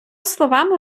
словами